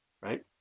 Right